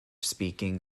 speaking